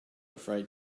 afraid